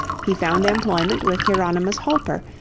he found employment with hieronymus holper,